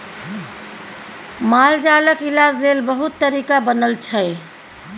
मालजालक इलाज लेल बहुत तरीका बनल छै